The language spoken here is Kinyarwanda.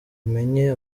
imenye